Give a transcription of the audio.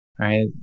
right